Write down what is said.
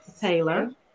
Taylor